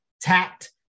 tact